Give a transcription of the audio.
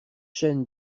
chaîne